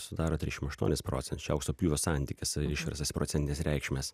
sudaro trišim aštuonis procen čia aukso pjūvio santykis išverstas į procentines reikšmes